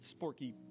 sporky